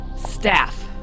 staff